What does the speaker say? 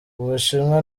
ubushinwa